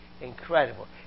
incredible